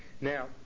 Now